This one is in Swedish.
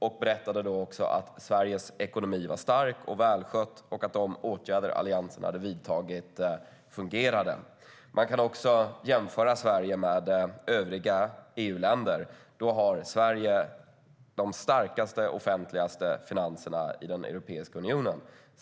Man berättade då att Sveriges ekonomi var stark och välskött och att de åtgärder Alliansen hade vidtagit fungerade. Man kan också jämföra Sverige med övriga EU-länder. Då ser man att Sverige har de starkaste offentliga finanserna i Europeiska unionen.